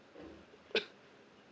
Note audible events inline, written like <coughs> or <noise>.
<coughs>